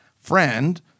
friend